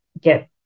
get